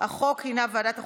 ועדת החוקה,